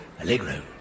Allegro